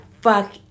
fuck